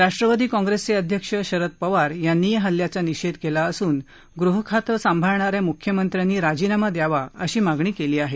राष्ट्रवादी काँग्रेसचे अध्यक्ष शरद पवार यांनी या हल्ल्याचा निषेध केला असून गृह खातं सांभाळणा या मुख्यमंत्र्यांनी राजीनामा द्यावा अशी मागणी केली आहे